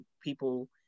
people